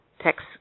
Text